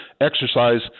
exercise